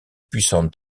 puissante